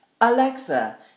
Alexa